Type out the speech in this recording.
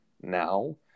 now